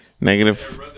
Negative